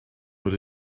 put